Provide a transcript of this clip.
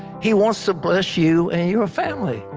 he wants to bless you and your family.